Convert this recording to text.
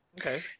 okay